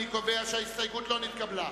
אני קובע שההסתייגות לא נתקבלה.